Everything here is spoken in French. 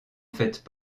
faites